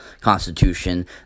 Constitution